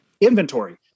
inventory